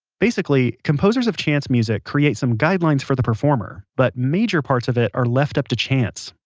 basically composers of chance music create some guidelines for the performer, but major parts of it are left up to chance.